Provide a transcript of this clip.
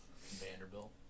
Vanderbilt